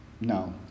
No